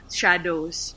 shadows